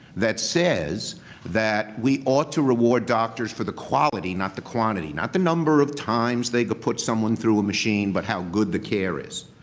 that says that we ought to reward doctors for the quality, not the quantity not the number of times they've put someone through a machine, but how good the care is.